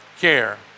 care